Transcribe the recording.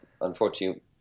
unfortunately